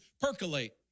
percolate